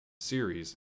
series